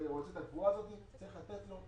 שרוצה את הקבורה הזאת צריך לתת לו.